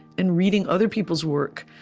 and reading other people's work,